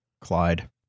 Clyde